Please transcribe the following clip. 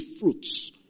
fruits